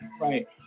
Right